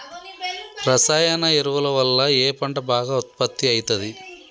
రసాయన ఎరువుల వల్ల ఏ పంట బాగా ఉత్పత్తి అయితది?